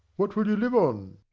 what will you live on?